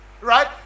right